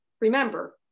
remember